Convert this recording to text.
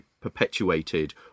perpetuated